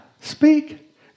speak